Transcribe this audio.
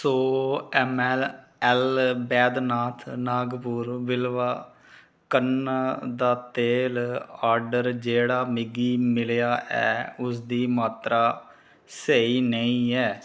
सौ M L Baidyanath Nagpur बिलवा क'न्न दा तेल ऑर्डर जेह्ड़ा मिगी मिलेआ ऐ उसदी मात्तरा स्हेई नेईं ऐ